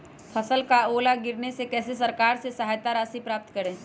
फसल का ओला गिरने से कैसे सरकार से सहायता राशि प्राप्त करें?